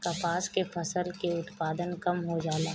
कपास के फसल के उत्पादन कम होइ जाला?